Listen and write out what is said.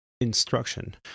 instruction